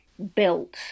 Built